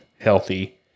healthy